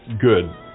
good